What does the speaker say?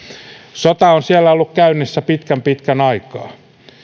sota on siellä ollut käynnissä pitkän pitkän aikaa